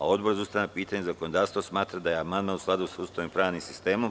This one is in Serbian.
Odbor za ustavna pitanja i zakonodavstvo smatra da je amandman u skladu sa Ustavom i pravnim sistemom.